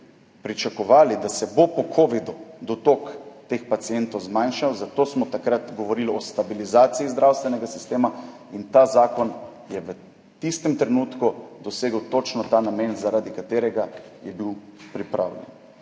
pričakovali, da se bo po covidu dotok teh pacientov zmanjšal. Zato smo takrat govorili o stabilizaciji zdravstvenega sistema. Ta zakon je v tistem trenutku dosegel točno tisti namen, zaradi katerega je bil pripravljen.